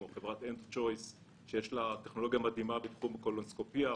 כמו חברת אנדוצ'ויס שיש לה טכנולוגיה מדהימה בתחום קולונוסקופיה,